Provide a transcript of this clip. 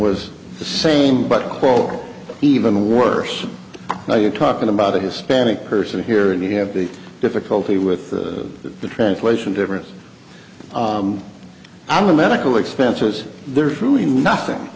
was the same but quote even worse now you're talking about a hispanic person here and you have the difficulty with the translation difference i'm a medical expenses there's really nothing